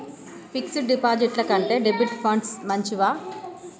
Fix డ్ డిపాజిట్ల కంటే డెబిట్ ఫండ్స్ మంచివా?